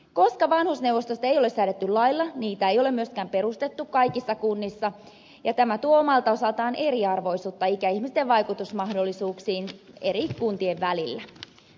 koska vanhusneuvostosta ei ole säädetty lailla niitä ei ole myöskään perustettu kaikissa kunnissa ja tämä tuo omalta osaltaan eriarvoisuutta ikäihmisten vaikutusmahdollisuuksiin eri kuntien välillä